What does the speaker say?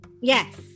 Yes